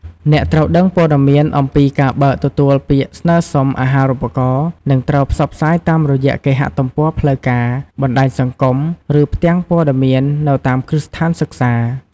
អ្នកត្រូវដឹងព័ត៌មានអំពីការបើកទទួលពាក្យស្នើសុំអាហារូបករណ៍នឹងត្រូវផ្សព្វផ្សាយតាមរយៈគេហទំព័រផ្លូវការ បណ្ដាញសង្គម ឬផ្ទាំងព័ត៌មាននៅតាមគ្រឹះស្ថានសិក្សា។